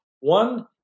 One